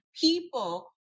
people